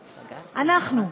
אנחנו,